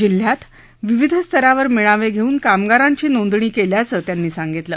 जिल्ह्यात विविध स्तरावर मेळावे घेऊन कामगारांची नोंदणी केली असल्याचं त्यांनी सांगितलं